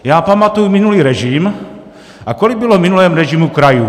Já pamatuji minulý režim, a kolik bylo v minulém režimu krajů?